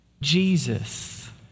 Jesus